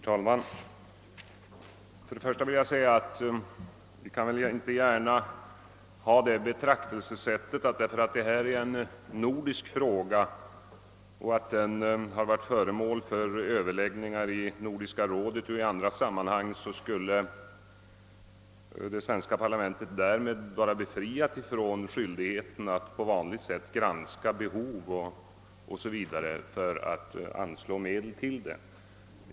Herr talman! Först och främst vill jag säga att vi kan väl inte gärna ha det betraktelsesättet, att därför att detta är en nordisk fråga, som varit föremål för överläggningar i Nordiska rådet och i andra sammanhang, skulle det svenska parlamentet vara befriat från skyldigheten att på vanligt sätt granska behovet av att anslå medel 0. s. v.